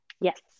Yes